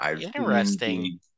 Interesting